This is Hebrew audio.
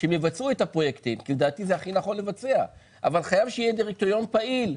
שמבצעת את הפרויקטים אבל חייב להיות דירקטוריון פעיל.